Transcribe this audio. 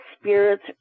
spirits